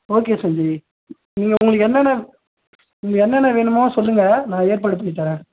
okay Sanjay இங்கே உங்களுக்கு என்னென்ன உங்களுக்கு என்னென்ன வேணுமோ சொல்லுங்க நான் ஏற்பாடு பண்ணித்தரேன்